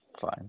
fine